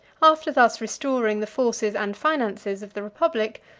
after thus restoring the forces and finances of the republic,